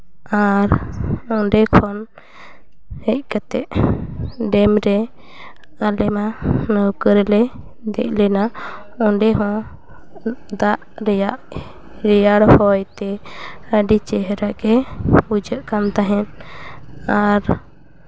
ᱟᱨ ᱚᱰᱮ ᱠᱷᱚᱱ ᱦᱮᱡ ᱠᱟᱛᱮᱫ ᱰᱮᱢ ᱨᱮ ᱟᱞᱮᱢᱟ ᱞᱟᱹᱣᱠᱟᱹ ᱨᱮᱞᱮ ᱫᱮᱡ ᱞᱮᱱᱟ ᱚᱰᱮ ᱦᱚᱸ ᱫᱟᱜ ᱨᱮᱭᱟᱜ ᱨᱮᱭᱟᱲ ᱦᱚᱭ ᱛᱮ ᱟᱹᱰᱤ ᱪᱮᱦᱨᱟᱜᱮ ᱵᱩᱡᱷᱟᱹᱜ ᱠᱟᱱ ᱛᱟᱦᱮᱱ ᱟᱨ